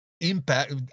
impact